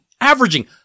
averaging